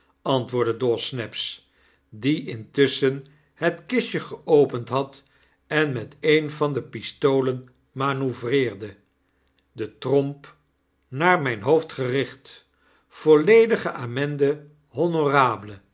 antwoordde dawsnaps die intusschen het kistje geopend had en met een van de pistolen manoeuvreerde de tromp naar myn hoofd gericht volledige